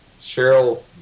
Cheryl